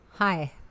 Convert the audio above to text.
Hi